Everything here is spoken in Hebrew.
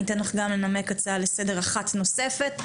אתן לך גם לנמק הצעה לסדר אחת נוספת,